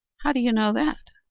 how do you know that?